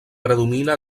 predomina